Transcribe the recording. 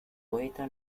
poeta